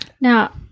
Now